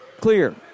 Clear